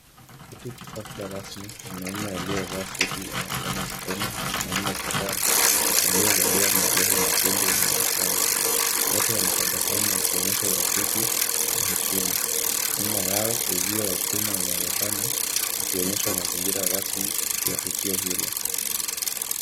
Katika hafla rasmi, mwanaume aliyevaa suti anapeana mkono na wanaume kadhaa waliovalia majoho mekundu ya mahakama. Wote wanatabasamu wakionyesha urafiki na heshima. Nyuma yao uzio wa chuma umeonekana ukionyesha mazingira rasmi ya tukio hilo.